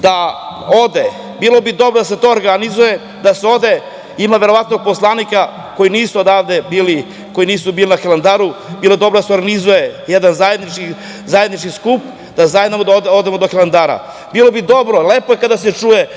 da ode. Bilo bi dobro da se to organizuje, da se ode. Ima verovatno poslanika koji nisu bili na Hilandaru. Bilo bi dobro da se organizuje jedan zajednički skup, da zajedno odemo do Hilandara. Bilo bi dobro. Lepo je kada se čuje